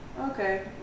Okay